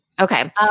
Okay